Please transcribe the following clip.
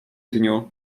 dniu